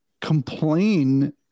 complain